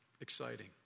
exciting